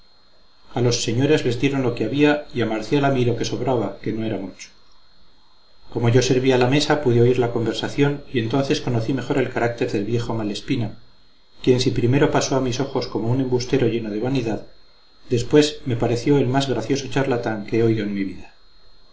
a los señores les dieron lo que había y a marcial y a mí lo que sobraba que no era mucho como yo servía la mesa pude oír la conversación y entonces conocí mejor el carácter del viejo malespina quien si primero pasó a mis ojos como un embustero lleno de vanidad después me pareció el más gracioso charlatán que he oído en mi vida